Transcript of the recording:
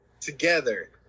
together